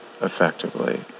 effectively